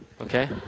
okay